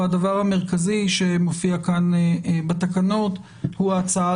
והדבר המרכזי שמופיע כאן בתקנות הוא ההצעה